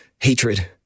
Hatred